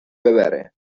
ببره